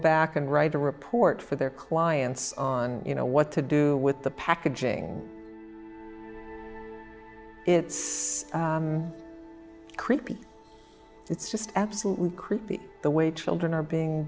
back and write a report for their clients on you know what to do with the packaging it's creepy it's just absolutely creepy the way children are being